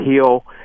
heal